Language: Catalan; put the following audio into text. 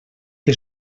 que